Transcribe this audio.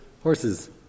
horses